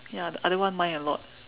ya the other one mind a lot